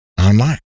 online